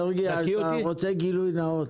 מרגי, אתה רוצה גילוי נאות?